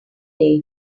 day